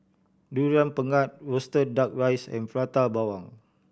Durian Pengat roasted Duck Rice and Prata Bawang